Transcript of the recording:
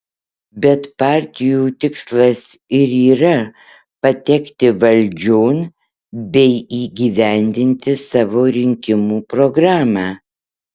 bet partijų tikslas ir yra patekti valdžion bei įgyvendinti savo rinkimų programą